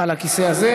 על הכיסא הזה,